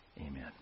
Amen